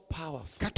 powerful